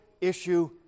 issue